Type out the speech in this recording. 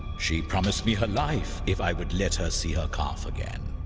she promised me her life if i would let her see her calf again.